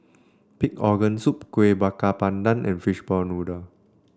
Pig Organ Soup Kuih Bakar Pandan and Fishball Noodle